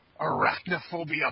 Arachnophobia